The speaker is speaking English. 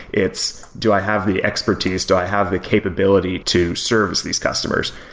it's, do i have the expertise? do i have the capability to service these customers?